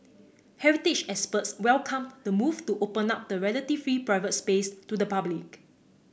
heritage experts welcomed the move to open up the relatively private space to the public